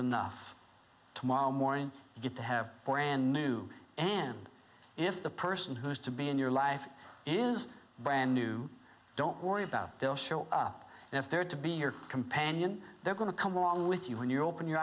enough tomorrow morning good to have a brand new and if the person who is to be in your life is brand new don't worry about they'll show up and if they're to be your companion they're going to come along with you when you open your